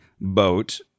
boat